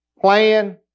plan